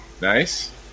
Nice